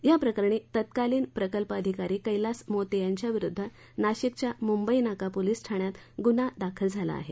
या प्रकरणी तत्कालीन प्रकल्प अधिकारी कैलास मोते यांच्याविरुद्ध नाशिकच्या मुंबई नाका पोलीस ठाण्यात गुन्हा दाखल झाला आहे